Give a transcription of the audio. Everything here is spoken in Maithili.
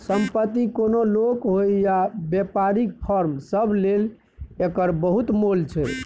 संपत्ति कोनो लोक होइ या बेपारीक फर्म सब लेल एकर बहुत मोल छै